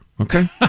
okay